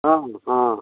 ହଁ ହଁ